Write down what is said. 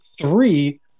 three